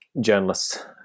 journalists